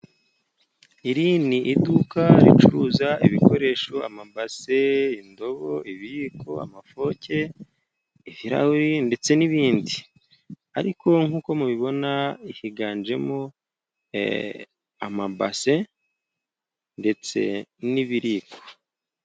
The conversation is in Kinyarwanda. Iri ni iduka ricuruza ibikoresho amabase, indobo, ibiyiko, amafoke, ibirahure ndetse n'ibindi. Ariko nk'uko mu bibona higanjemo, e amabase ndetse n'ibiyiko.